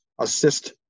assist